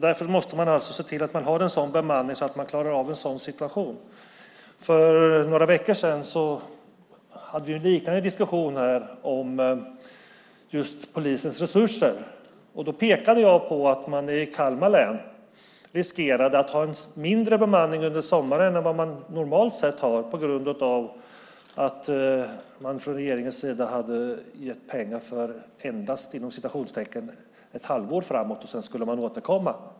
Därför måste man se till att man har en sådan bemanning att man klarar av en sådan situation. För några veckor sedan hade vi en liknande diskussion här om polisens resurser. Då pekade jag på att man i Kalmar län riskerar att ha en mindre bemanning under sommaren än vad man normalt har på grund av att regeringen endast har gett pengar för ett halvår framåt och sedan ska återkomma.